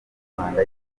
rwanda